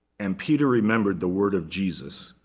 and peter remembered the word of jesus,